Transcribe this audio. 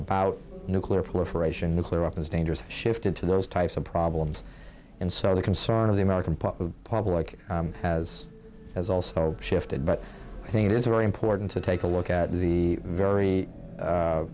about nuclear proliferation nuclear weapons dangerous shifted to those types of problems and so the concern of the american public public has as also shifted but i think it's very important to take a look at the very